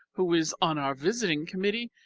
who is on our visiting committee,